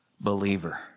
believer